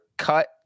Cut